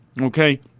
okay